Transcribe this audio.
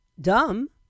dumb